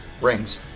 rings